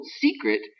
secret